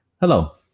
Hello